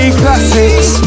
classics